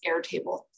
Airtable